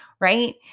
right